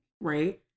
right